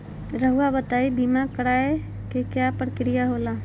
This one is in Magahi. रहुआ बताइं बीमा कराए के क्या प्रक्रिया होला?